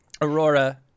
Aurora